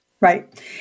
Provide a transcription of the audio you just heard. Right